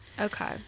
okay